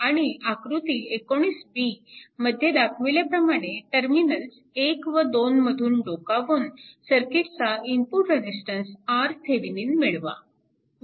आणि आकृती 19b मध्ये दाखवल्याप्रमाणे टर्मिनल्स 1 व 2 मधून डोकावून सर्किटचा इनपुट रेजिस्टन्स RThevenin मिळवा